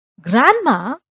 Grandma